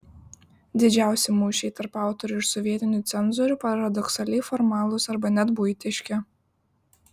didžiausi mūšiai tarp autorių ir sovietinių cenzorių paradoksaliai formalūs arba net buitiški